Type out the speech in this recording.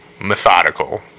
methodical